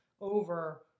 over